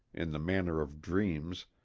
in the manner of dreams,